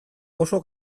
oso